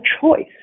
choice